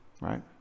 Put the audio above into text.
right